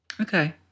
Okay